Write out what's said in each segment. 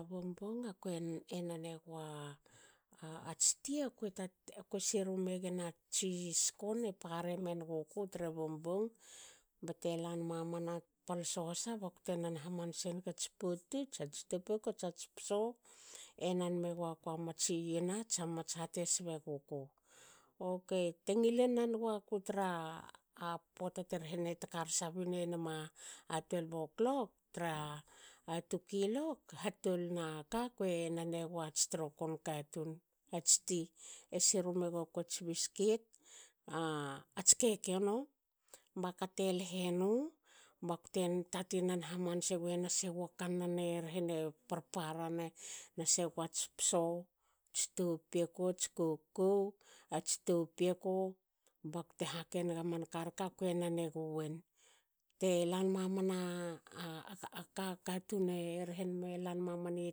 A bongbong akue enan egua ats ti akue siru megan a tsi skon e parem enuguku tra bongbong. bate lanmamana tra pal sohsa bakte nan hamanse nagats pot tu tsats topioko. tsats poso enan megakua matsi yena tsa mats ha te sbe guku. Okei te ngilin nan guaku tra a pota te rehene takarsa binenama a twelve o'clock. tra two kilok hatolnaka kue nan eguats trokon katun ats ti. E siru mega kuats bisket. a ats kekeno. baka te lehe nu bakte na tati nan hamanse gue nase gua kannan e rehe ne parparana, nase guats poso. ats topioko tskokou. ats topioko bakte hake niga man karke kue nan eguen. Te lan mamana aka katun e rehenme lan mamani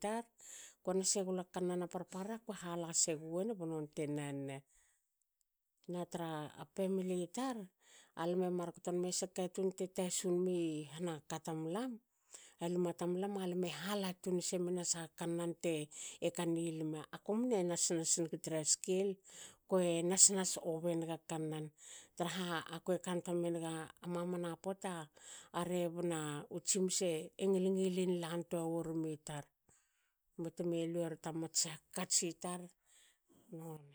tar. ko nas egla kannan a parpara kue hala seguen banonte nan- ne. Na tra pemili tar. alame mar kto nme sa katun te tasun nimi hana katamalam. alma tamlam alme hala tunsne men a saha kannan te ekani lma. akumne nas- nas nigi tra skel. kue nas- nas ove niga kannan traha kue kantua meninga a mamana pota rebna u tsimus e ngi- ngilin lan toa womi tar, betme luer ta mats hakats i tar noni.